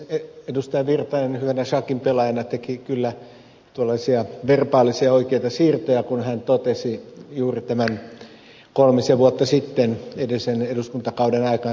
erkki virtanen hyvänä sakin pelaajana teki kyllä oikeita verbaalisia siirtoja kun hän totesi juuri tämän kolmisen vuotta sitten edellisen eduskuntakauden aikana tehdyn erehdyksen